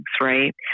Right